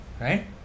right